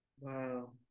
Wow